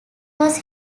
was